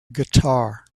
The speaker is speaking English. guitar